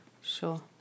Sure